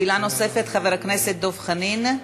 שאלה נוספת, דב חנין.